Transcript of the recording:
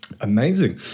Amazing